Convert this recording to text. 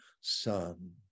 son